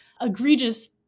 egregious